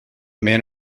man